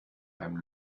beim